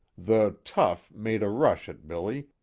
the tough made a rush at billy,